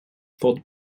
fought